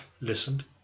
listened